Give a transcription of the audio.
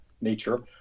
nature